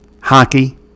hockey